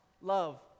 love